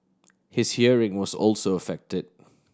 his hearing was also affected